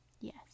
Yes